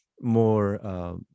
more